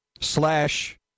slash